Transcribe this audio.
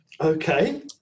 Okay